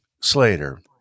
Slater